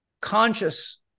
conscious